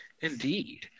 Indeed